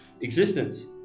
existence